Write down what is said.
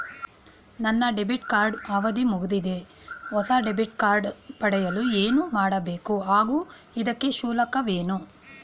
ನನ್ನ debit card ಅವಧಿ ಮುಗಿದಿದೆ ಹೊಸ ಡೆಬಿಟ್ ಕಾರ್ಡ್ ಪಡೆಯಲು ಏನು ಮಾಡಬೇಕು ಹಾಗೂ ಇದಕ್ಕೆ ಶುಲ್ಕವೇನು?